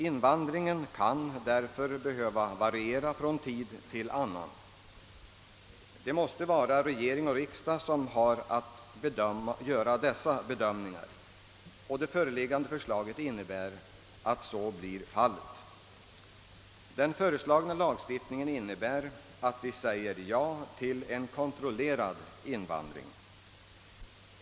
Invandringen kan därför behöva variera från tid till annan. Det måste vara regering och riksdag som har att göra dessa bedömningar, och det föreliggande förslaget innebär att så blir fallet. Den föreslagna lagstiftningen innebär att vi säger ja till en kontrollerad invandring.